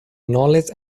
knowledge